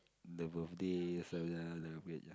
the birthdays celebrate ya